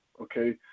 okay